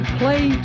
play